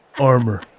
armor